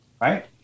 right